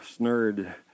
snurred